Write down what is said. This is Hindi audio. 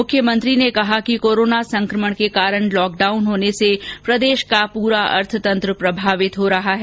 मुख्यमंत्री ने कहा कि कोरोना संकमण के कारण लॉक डाउन होने से प्रदेश का पूरा अर्थतंत्र प्रभावित हो रहा है